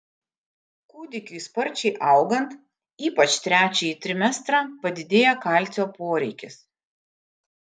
kūdikiui sparčiai augant ypač trečiąjį trimestrą padidėja kalcio poreikis